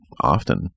often